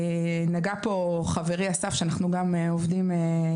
נגע פה חברי אסף שאנחנו עובדים איתו